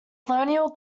colonial